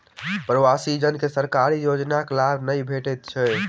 प्रवासी जन के सरकारी योजनाक लाभ नै भेटैत छै